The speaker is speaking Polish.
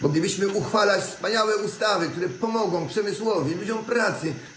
Moglibyśmy uchwalać wspaniałe ustawy, które pomogą przemysłowi, ludziom pracy.